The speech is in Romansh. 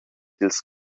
dils